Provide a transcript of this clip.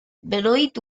benoit